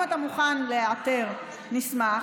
אם אתה מוכן להיעתר, נשמח.